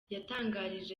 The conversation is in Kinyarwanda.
yatangarije